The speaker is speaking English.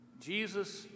Jesus